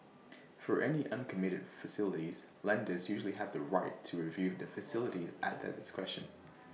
for any uncommitted facilities lenders usually have the right to review the facilities at their discretion